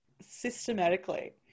systematically